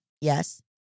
Yes